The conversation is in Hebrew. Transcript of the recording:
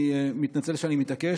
אני מתנצל שאני מתעקש.